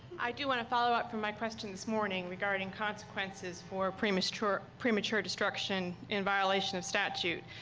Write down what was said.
i do want to follow up from my question this morning regarding consequences for premature premature destruction in violation of statute.